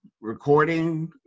recording